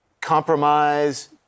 compromise